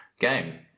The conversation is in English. game